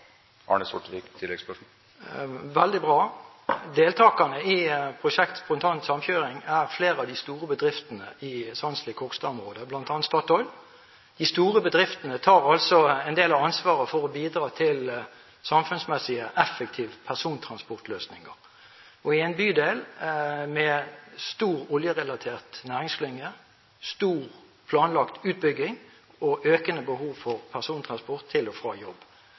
veldig bra. Deltakerne i prosjektet Spontan samkjøring er flere av de store bedriftene i Sandsli/Kokstad-området, bl.a. Statoil. De store bedriftene tar altså en del av ansvaret for å bidra til samfunnsmessig effektive persontransportløsninger i en bydel med stor oljerelatert næringsklynge, stor planlagt utbygging og økende behov for persontransport til og fra jobb.